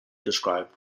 described